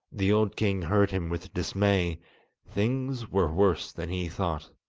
the old king heard him with dismay things were worse than he thought.